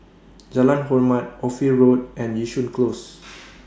Jalan Hormat Ophir Road and Yishun Close